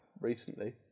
recently